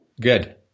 Good